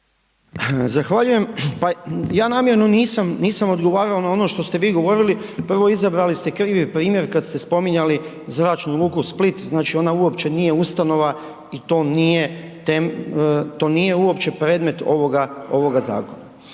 Zahvaljujem. Pa ja namjerno nisam odgovarao na ono što ste vi govorili. Prvo, izabrali ste krivi primjer kad ste spominjali Zračnu luku Split, znači ona uopće nije ustanova i to nije uopće predmet ovoga zakona.